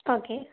okay